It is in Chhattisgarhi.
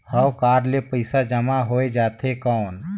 हव कारड ले पइसा जमा हो जाथे कौन?